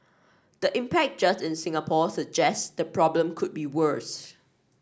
the impact just in Singapore suggest the problem could be worse